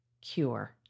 cure